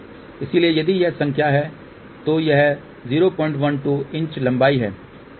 इसलिए यदि यह संख्या है तो यह 012" लंबाई है